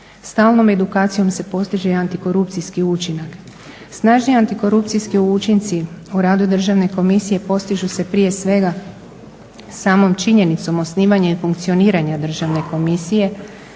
Stalnom edukacijom se postiže i antikorupcijski učinak. Snažni antikorupcijski učinci u radu Državne komisije postižu se prije svega samom činjenicom o osnivanja i funkcioniranja Državne komisije